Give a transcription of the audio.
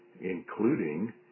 including